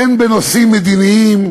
הן בנושאים מדיניים,